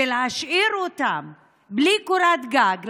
ולהשאיר אותם בלי קורת גג,